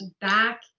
back